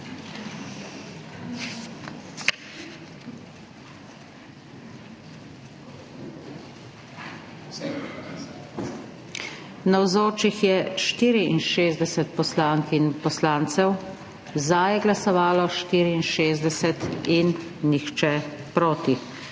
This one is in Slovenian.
Navzočih je 64 poslank in poslancev, za je glasovalo 64 in nihče proti.